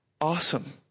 awesome